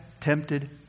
tempted